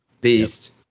beast